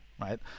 right